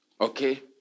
Okay